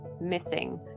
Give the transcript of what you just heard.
missing